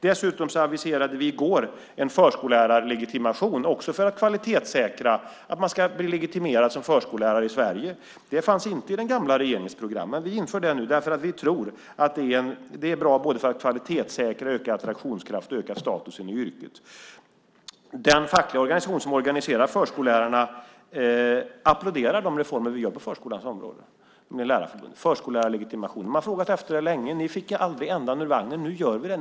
Dessutom aviserade vi i går en förskollärarlegitimation för att kvalitetssäkra. Man ska bli legitimerad som förskollärare i Sverige. Det fanns inte i den gamla regeringens program. Vi inför det därför att vi tror att det är bra för att både kvalitetssäkra och öka yrkets attraktionskraft och status. Den fackliga organisation, Lärarförbundet, som organiserar förskollärarna applåderar de reformer vi gör på förskolans område. De har frågat efter det länge. Ni fick aldrig ändan ur vagnen. Nu gör vi det.